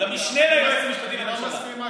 למשנה ליועץ המשפטי לממשלה.